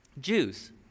Jews